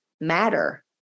matter